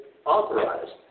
authorized